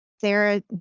Sarah